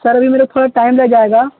sir अभी मेरा थोड़ा टाइम लग जाएगा